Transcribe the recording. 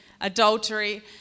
adultery